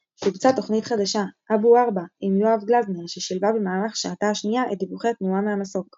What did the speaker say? רונית כפיר, ששידרה בתחנה כמעט מאז הקמתה,